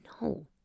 no